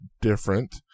different